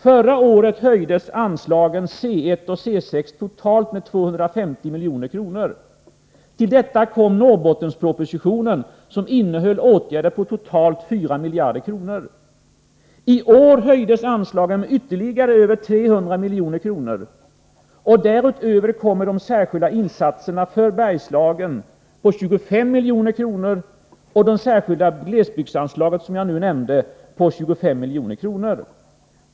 Förra året höjdes anslagen C 1ochC 6 totalt med 250 milj.kr. Till detta kom Norrbottenspro positionen som innehöll åtgärder till en kostnad av totalt 4 miljarder kronor. I år höjdes anslagen med ytterligare 300 milj.kr. Därtill kommer de särskilda insatserna för Bergslagen på 25 milj.kr. och det särskilda glesbygdsanslag som jag nyss nämnde på 25 milj.kr.